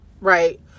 right